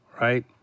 right